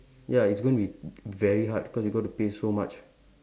ya it's going to be very hard because you got to pay so much